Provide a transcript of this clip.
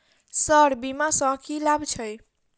Sir बीमा सँ की लाभ छैय?